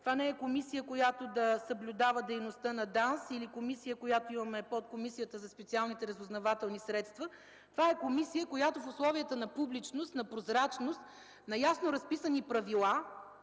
Това не е комисия, която да съблюдава дейността на ДАНС или каквато е Подкомисията за специалните разузнавателни средства. Това е комисия, която в условията на публичност, на прозрачност, на ясно разписани правила